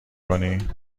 کنی